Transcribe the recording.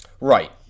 Right